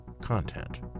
content